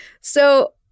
So-